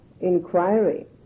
inquiry